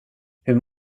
hur